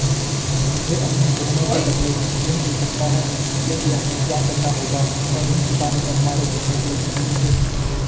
मुझे अपने गहने के बदलें ऋण मिल सकता है इसके लिए हमें क्या करना होगा और ऋण चुकाने पर हमारे गहने सुरक्षित रहेंगे?